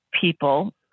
people